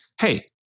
hey